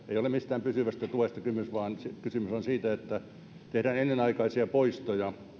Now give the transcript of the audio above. ei ole mistään pysyvästä tuesta kysymys vaan kysymys on siitä että tehdään ennenaikaisia poistoja